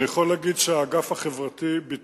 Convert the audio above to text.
אני יכול להגיד שהאגף החברתי-ביטחוני